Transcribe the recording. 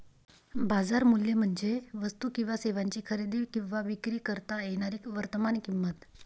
बाजार मूल्य म्हणजे वस्तू किंवा सेवांची खरेदी किंवा विक्री करता येणारी वर्तमान किंमत